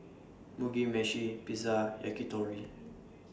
Mugi Meshi Pizza and Yakitori